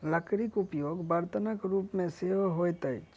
लकड़ीक उपयोग बर्तनक रूप मे सेहो होइत अछि